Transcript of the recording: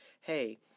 hey